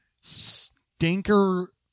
stinker